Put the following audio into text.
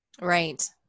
Right